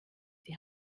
die